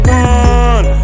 one